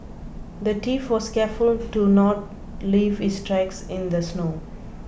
the thief was careful to not leave his tracks in the snow